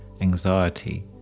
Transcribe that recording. anxiety